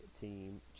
team